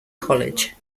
college